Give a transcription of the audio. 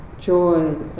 joy